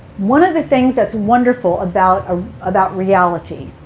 one of the things that's wonderful about ah about reality